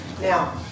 Now